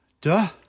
Duh